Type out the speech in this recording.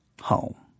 home